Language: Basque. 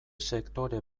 sektore